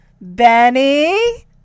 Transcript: Benny